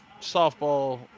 softball